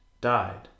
died